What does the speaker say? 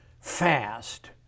fast